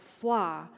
flaw